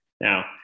Now